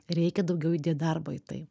reikia daugiau įdėt darbo į tai